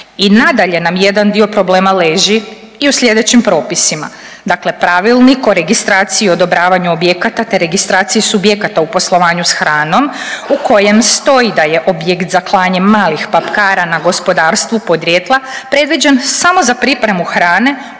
I nadalje nam jedan dio problema leži i u slijedećim propisima. Dakle, Pravilnik o registraciji i odobravanju objekata te registraciji subjekata u poslovanju s hranom u kojem stoji da je objekt za klanje malih papkara na gospodarstvu podrijetla predviđen samo za pripremu hrane